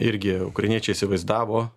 irgi ukrainiečiai įsivaizdavo